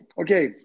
okay